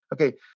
okay